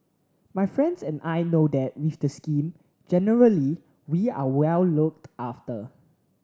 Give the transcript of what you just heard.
my friends and I know that with the scheme generally we are well looked after